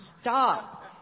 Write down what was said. Stop